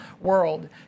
world